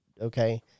Okay